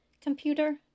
Computer